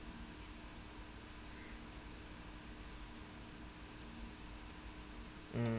mm